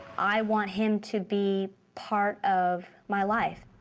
i want him to be part of my life.